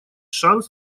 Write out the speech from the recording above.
шанс